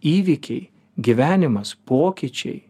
įvykiai gyvenimas pokyčiai